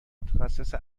متخصص